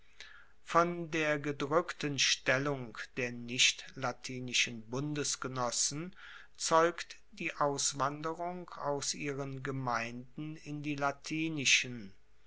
von der gedrueckten stellung der nichtlatinischen bundesgenossen zeugt die auswanderung aus ihren gemeinden in die latinischen